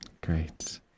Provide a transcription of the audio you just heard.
Great